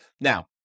Now